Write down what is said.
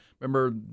remember